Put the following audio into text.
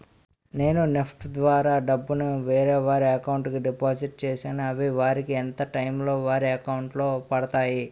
నేను నెఫ్ట్ ద్వారా నా డబ్బు ను వేరే వారి అకౌంట్ కు డిపాజిట్ చేశాను అవి వారికి ఎంత టైం లొ వారి అకౌంట్ లొ పడతాయి?